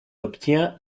obtient